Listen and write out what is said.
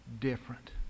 different